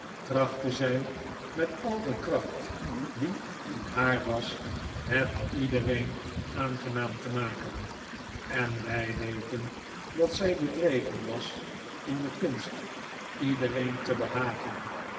trachtte zij met al de kracht die in haar was het iedereen aangenaam te maken en wij weten dat zij bedreven was in de kunst iedereen te behagen